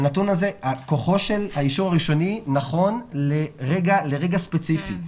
האישור הראשוני נכון לרגע ספציפי.